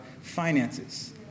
finances